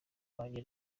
wanjye